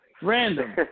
Random